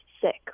sick